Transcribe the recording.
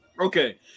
Okay